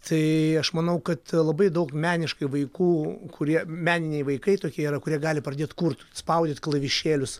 tai aš manau kad labai daug meniškai vaikų kurie meniniai vaikai tokie yra kurie gali pradėt kurt spaudyt klavišėlius